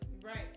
Right